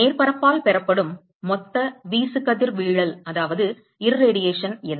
மேற்பரப்பால் பெறப்படும் மொத்த வீசுகதிர்வீழல் என்ன